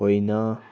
होइन